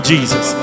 Jesus